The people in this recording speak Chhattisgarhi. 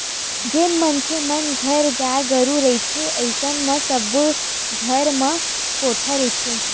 जेन मनखे मन घर गाय गरुवा रहिथे अइसन म सबे घर म कोटना रहिथे